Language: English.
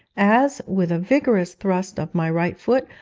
as, with a vigorous thrust of my right foot,